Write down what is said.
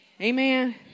Amen